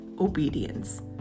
obedience